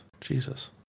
Jesus